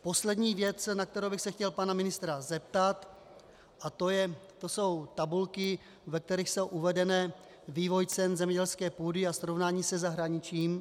Poslední věc, na kterou bych se chtěl pana ministra zeptat, a to jsou tabulky, ve kterých je uvedený vývoj cen zemědělské půdy a srovnání se zahraničním.